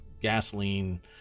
gasoline